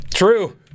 True